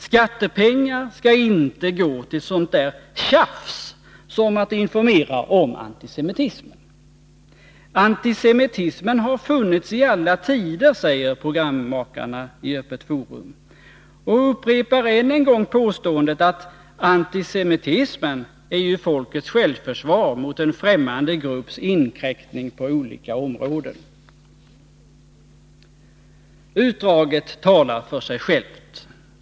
Skattepengar skall inte gå till sådant ”tjafs” som att informera om antisemitismen. Antisemitismen har funnits i alla tider, säger programmakarna i Öppet Forum och upprepar än en gång påståendet att antisemitismen ”är ju folkets självförsvar mot en främmande grupps inkräktning på olika områden.” 73 Utdraget talar för sig självt.